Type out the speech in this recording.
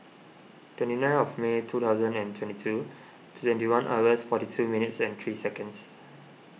twenty nine of May two thousand and twenty two twenty one hours forty two minutes and three seconds